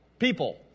people